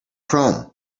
chrome